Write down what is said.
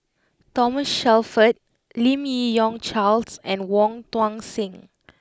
Thomas Shelford Lim Yi Yong Charles and Wong Tuang Seng